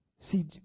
see